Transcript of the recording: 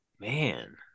man